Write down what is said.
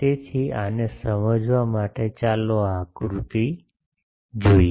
તેથી આને સમજવા માટે ચાલો આ આકૃતિ જોઈએ